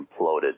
imploded